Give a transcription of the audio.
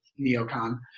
neocon